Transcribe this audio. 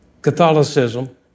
Catholicism